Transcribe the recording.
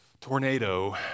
tornado